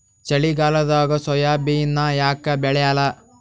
ಚಳಿಗಾಲದಾಗ ಸೋಯಾಬಿನ ಯಾಕ ಬೆಳ್ಯಾಲ?